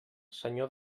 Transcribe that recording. senyor